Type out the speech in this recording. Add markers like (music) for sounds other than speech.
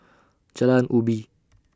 Jalan Ubi (noise)